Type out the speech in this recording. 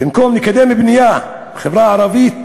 במקום לקדם בנייה בחברה הערבית,